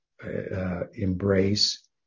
Embrace